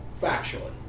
factually